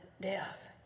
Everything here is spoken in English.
death